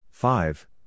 Five